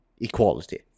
Equality